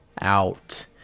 out